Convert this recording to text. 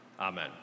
amen